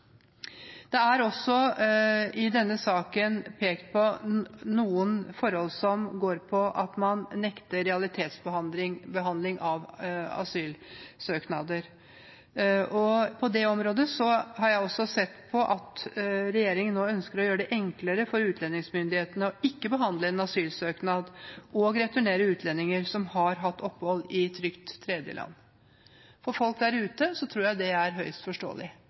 Det er i denne saken også pekt på noen forhold som går på at man nekter realitetsbehandling av asylsøknader. På dette området har jeg sett at regjeringen nå ønsker å gjøre det enklere for utlendingsmyndighetene ikke å behandle en asylsøknad og å returnere utlendinger som har hatt opphold i trygt tredjeland. For folk der ute tror jeg det er høyst forståelig.